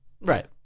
Right